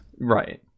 right